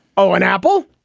oh, an apple.